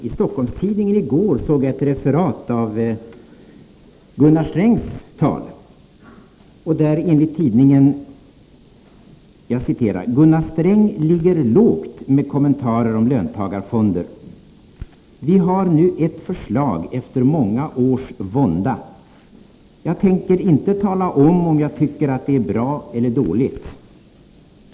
I Stockholms Tidningen i går såg jag ett referat av ett tal av Gunnar Sträng. I tidningen heter det: ”Gunnar Sträng ligger lågt med kommentarer om löntagarfonder: Vi har nu ett förslag efter många års vånda. Jag tänker inte tala om, om jag tycker att det är bra eller dåligt.